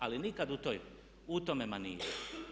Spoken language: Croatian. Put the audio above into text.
Ali nikad u tome maniru.